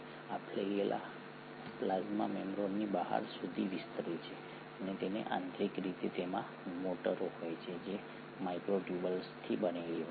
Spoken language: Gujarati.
આ ફ્લેગેલા પ્લાઝ્મા મેમ્બ્રેનની બહાર સુધી વિસ્તરે છે અને આંતરિક રીતે તેમાં મોટરો હોય છે જે માઇક્રોટ્યુબ્યુલ્સથી બનેલી હોય છે